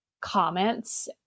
comments